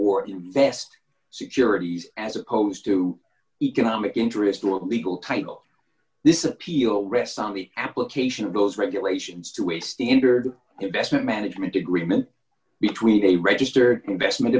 or invest securities as opposed to economic interest group legal title this appeal rests on the application of those regulations to a standard investment management agreement between a registered investment